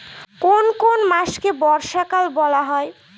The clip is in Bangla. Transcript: কোন কোন মাসকে বর্ষাকাল বলা হয়?